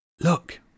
Look